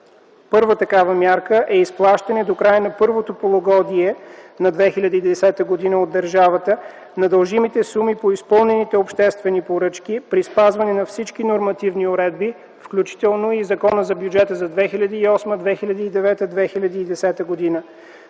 Първа такава мярка е изплащане до края на първото полугодие на 2010 г. от държавата на дължимите суми по изпълнените обществени поръчки при спазване на всички нормативни уредби, включително и Закона за бюджета за 2008, 2009, 2010 г.